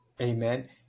amen